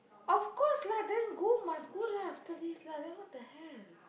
of course lah then go must go lah after this lah then what the hell